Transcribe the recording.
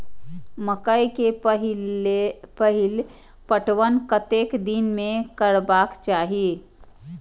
मकेय के पहिल पटवन कतेक दिन में करबाक चाही?